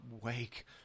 wake